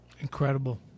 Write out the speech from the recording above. Incredible